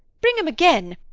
bring him again.